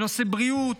בנושא בריאות.